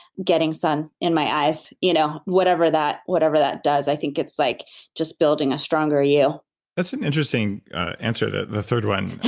getting sun in my eyes, you know whatever that whatever that does, i think it's like just building a stronger you that's an interesting answer, the the third one,